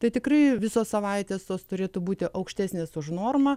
tai tikrai visos savaitės tos turėtų būti aukštesnės už normą